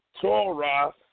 Torah